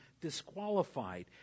disqualified